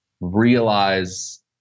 realize